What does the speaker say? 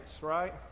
right